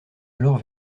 alors